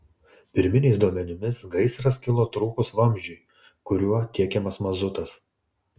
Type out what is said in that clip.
pirminiais duomenimis gaisras kilo trūkus vamzdžiui kuriuo tiekiamas mazutas